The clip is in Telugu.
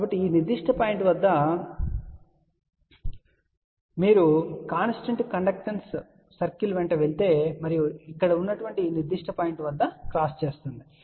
కాబట్టి ఈ నిర్దిష్ట పాయింట్ వద్ద మీరు కాన్స్టెంట్ కండక్టెన్స్ సర్కిల్ వెంట వెళితే మరియు ఇక్కడ ఉన్న ఈ నిర్దిష్ట పాయింట్ వద్ద క్రాస్ చేస్తుంది